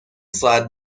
ساعت